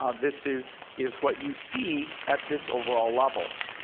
ah this is is what you see at this overall level.